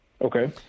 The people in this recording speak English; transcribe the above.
Okay